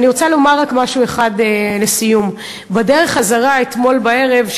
אני רוצה לומר רק משהו אחד לסיום: בדרך חזרה אתמול בערב,